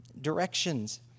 directions